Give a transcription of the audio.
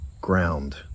ground